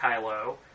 Kylo